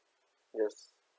yes